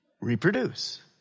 reproduce